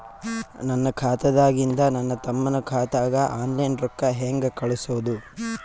ನನ್ನ ಖಾತಾದಾಗಿಂದ ನನ್ನ ತಮ್ಮನ ಖಾತಾಗ ಆನ್ಲೈನ್ ರೊಕ್ಕ ಹೇಂಗ ಕಳಸೋದು?